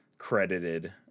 credited